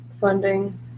funding